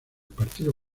partido